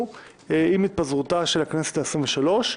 בפנינו עומדת הצעת חוק להתפזרות הכנסת העשרים ושלוש.